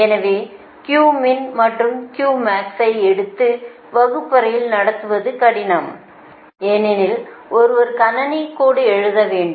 எனவே Q min மற்றும் Q max ஐ எடுத்து வகுப்பறையில் நடத்துவது கடினம் ஏனெனில் ஒருவர் கணினி கோடு எழுத வேண்டும்